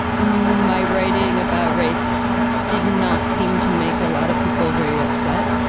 my writing about race did not seem to make a lot of people very upset.